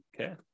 Okay